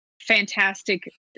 fantastic